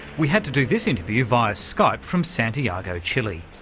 we had to do this interview via skype from santiago, chile.